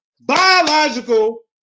biological